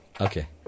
okay